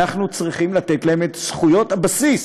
אנחנו צריכים לתת להם את זכויות הבסיס,